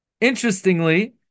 Interestingly